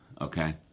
okay